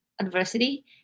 adversity